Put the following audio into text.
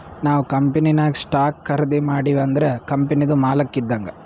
ನಾವ್ ಕಂಪನಿನಾಗ್ ಸ್ಟಾಕ್ ಖರ್ದಿ ಮಾಡಿವ್ ಅಂದುರ್ ಕಂಪನಿದು ಮಾಲಕ್ ಇದ್ದಂಗ್